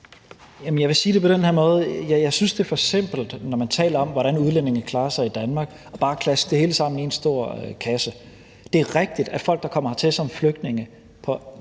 Jeg vil sige det på den her måde, at jeg synes, det er for simpelt, når man taler om, hvordan udlændinge klarer sig i Danmark, bare at klaske det hele sammen i en stor kasse. Det er rigtigt, at folk, som kommer hertil som flygtninge,